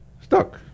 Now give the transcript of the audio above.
Stuck